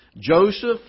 Joseph